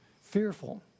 fearful